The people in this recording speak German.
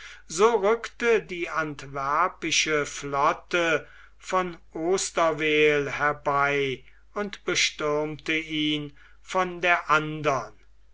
so rückte die antwerpische flotte von osterweel herbei und bestürmte ihn von der andern